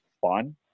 fun